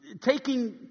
taking